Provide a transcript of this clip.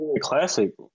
Classic